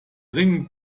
ringe